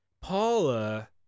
paula